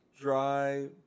dry